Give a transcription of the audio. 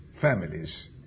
families